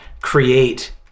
create